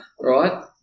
right